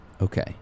okay